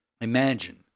imagine